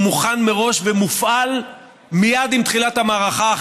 מוכן מראש ומופעל מייד עם תחילת המערכה,